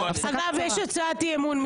יש הצעת אי-אמון.